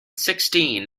sixteen